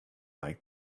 like